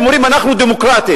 ואומרים: אנחנו דמוקרטיים.